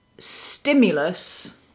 stimulus